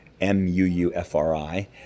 M-U-U-F-R-I